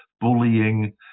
bullying